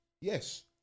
Yes